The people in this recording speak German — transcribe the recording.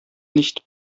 nicht